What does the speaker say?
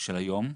של היום,